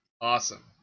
Awesome